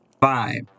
five